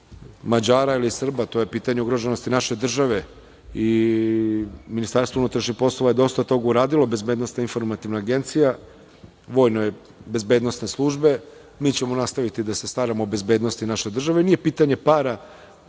Mađara ili Srba, to je pitanje ugroženosti naše države. Ministarstvo unutrašnjih poslova je dosta toga uradilo, BIA, vojno-bezbednosne službe. Mi ćemo nastaviti da se staramo o bezbednosti naše države. Nije pitanje para.